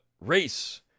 Race